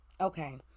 Okay